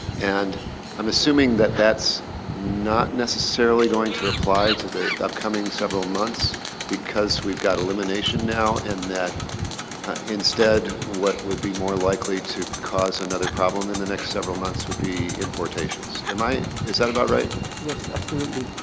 and i'm assuming that that's not necessarily going to apply to the upcoming several months because we've got elimination now and that instead what would be more likely to cause another problem in the next several months would be importations. am i is that about right? yes, absolutely.